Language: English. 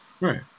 right